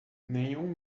nenhum